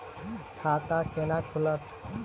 खाता केना खुलत?